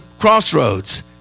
crossroads